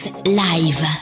Live